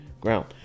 ground